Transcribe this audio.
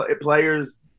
players